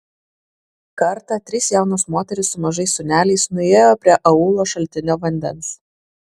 kartą trys jaunos moterys su mažais sūneliais nuėjo prie aūlo šaltinio vandens